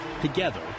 together